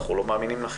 אנחנו לא מאמינים לכם.